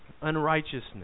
unrighteousness